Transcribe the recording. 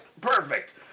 perfect